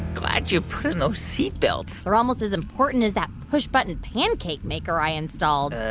glad you put in those seatbelts they're almost as important as that push-button pancake maker i installed, ah